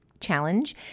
challenge